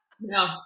No